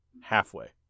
Halfway